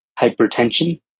hypertension